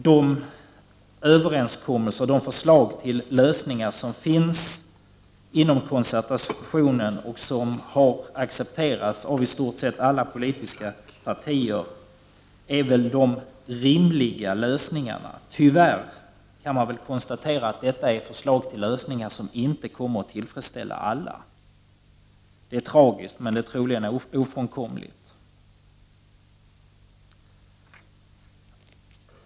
De överenskommelser och de förslag till lösningar som finns inom Concertacionen och som har accepterats av i stort sett alla politiska partier är väl de rimliga lösningarna. Tyvärr kan man konstatera att detta är förslag till lösningar som inte kommer att tillfredsställa alla. Det är tragiskt, men det är troligen ofrånkomligt.